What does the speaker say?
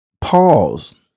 Pause